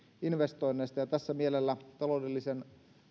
investoinneista taloudellisen